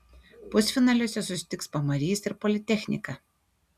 pusfinaliuose susitiks pamarys ir politechnika